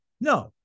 no